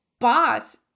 Boss